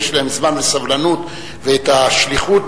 יש להם זמן וסבלנות ואת השליחות,